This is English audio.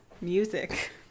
music